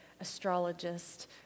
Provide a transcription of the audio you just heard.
astrologist